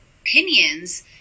opinions